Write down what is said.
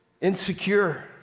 Insecure